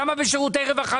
למה בשירותי רווחה